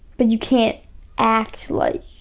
but you can't act like